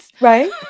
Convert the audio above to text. right